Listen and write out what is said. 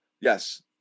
Yes